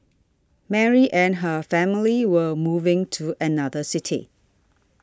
Mary and her family were moving to another city